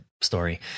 story